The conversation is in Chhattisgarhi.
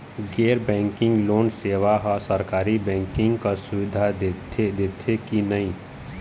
गैर बैंकिंग लोन सेवा हा सरकारी बैंकिंग कस सुविधा दे देथे कि नई नहीं?